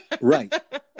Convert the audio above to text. right